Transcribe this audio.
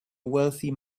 wealthy